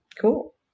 Cool